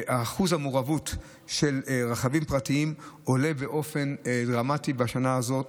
שאחוז המעורבות של רכבים פרטיים עולה באופן דרמטי בשנה הזאת,